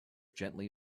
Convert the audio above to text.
gently